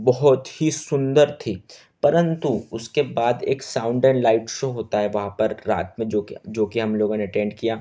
बहुत ही सुन्दर थी परंतु उसके बाद एक साउंड एंड लाइट शो होता है वहाँ पर रात में जो कि जो कि हम लोगों ने एटेण्ड किया